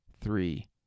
three